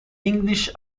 english